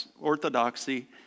Orthodoxy